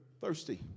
thirsty